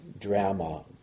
drama